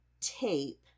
tape